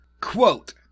Quote